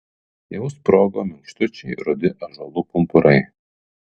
jau sprogo minkštučiai rudi ąžuolų pumpurai